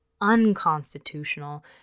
unconstitutional